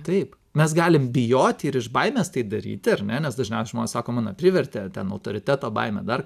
taip mes galim bijoti ir iš baimės tai daryti ar ne nes dažniausiai žmonės sako mane privertė ten autoriteto baimė dar